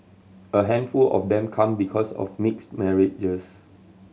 a handful of them come because of mixed marriages